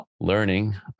learning